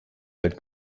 head